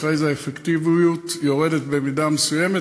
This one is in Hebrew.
אחרי זה האפקטיביות יורדת במידה מסוימת,